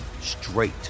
straight